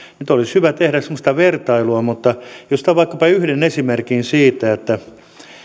nyt olisi hyvä tehdä semmoista vertailua nostan vaikkapa yhden esimerkin siitä että